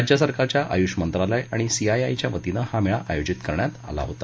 राज्य सरकारच्या आयुष मंत्रालय आणि सीआयआयच्या वतीनं हा मेळा आयोजित करण्यात आला होता